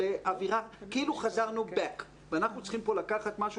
לאווירה כאילו חזרנו אחורה ואנחנו צריכים פה לקחת משהו,